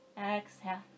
Exhale